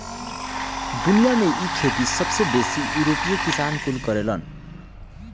दुनिया में इ खेती सबसे बेसी यूरोपीय किसान कुल करेलन